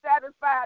satisfied